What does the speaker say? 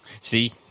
See